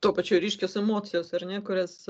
tuo pačiu ryškios emocijos ar ne kurias